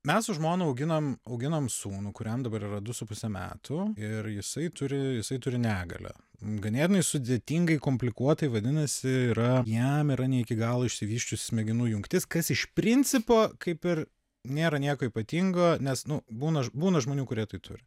mes su žmona auginam auginam sūnų kuriam dabar yra du su puse metų ir jisai turi jisai turi negalią ganėtinai sudėtingai komplikuotai vadinasi yra jam yra ne iki galo išsivysčius smegenų jungtis kas iš principo kaip ir nėra nieko ypatingo nes nu būna būna žmonių kurie tai turi